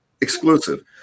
exclusive